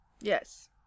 Yes